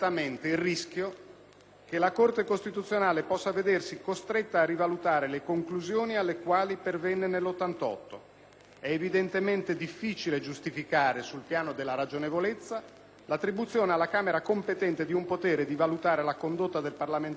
che la Corte costituzionale possa vedersi costretta a rivalutare le conclusioni alle quali pervenne nel 1988: è evidentemente ben difficile giustificare sul piano della ragionevolezza l'attribuzione alla Camera competente di un potere di valutare la condotta del parlamentare caso per caso,